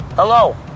Hello